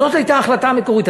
זאת הייתה ההחלטה המקורית.